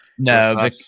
No